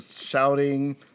shouting